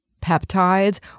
peptides